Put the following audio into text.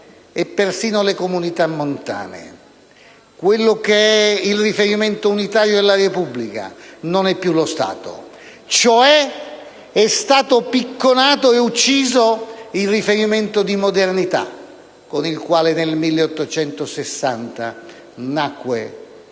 e persino le comunità montane. Il riferimento unitario della Repubblica non è più lo Stato: cioè, è stato picconato ed ucciso il riferimento di modernità con il quale nel 1860 nacque lo